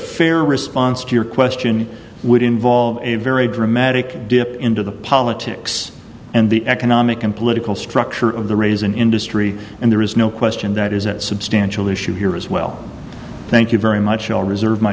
fair response to your question would involve a very dramatic dip into the politics and the economic and political structure of the raisin industry and there is no question that is at substantial issue here as well thank you very much i'll reserve my